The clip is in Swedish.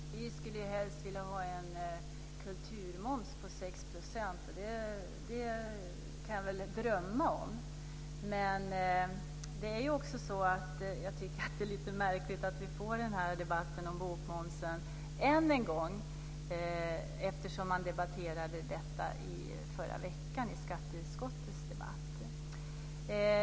Fru talman! Vi skulle helst vilja ha en kulturmoms på 6 %. Det kan jag väl bara drömma om. Jag tycker att det är lite märkligt att vi får debatten om bokmomsen än en gång, eftersom man debatterade det i förra veckan i skatteutskottets debatt.